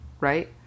Right